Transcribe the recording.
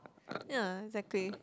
ya exactly